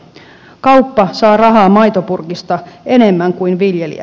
kauppa saa rahaa maitopurkista enemmän kuin viljelijä